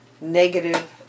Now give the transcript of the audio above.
negative